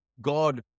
God